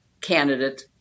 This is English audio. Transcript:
candidate